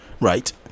right